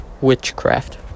witchcraft